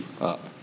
up